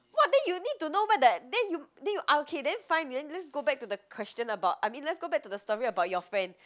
what then you need to know meh that then you then you ah okay then fine then let's go back to the question about I mean let's go back to the story about your friend